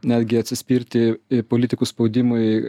netgi atsispirti politikų spaudimui